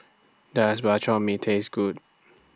Does Bak Chor Mee Taste Good